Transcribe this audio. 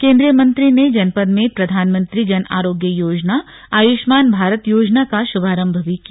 केंद्रीय मंत्री ने जनपद में प्रधानमंत्री जन आरोग्य योजना आयुष्मान भारत योजना का शुभारंभ भी किया